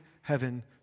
heaven